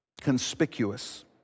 conspicuous